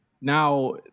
Now